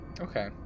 okay